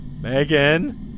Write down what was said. Megan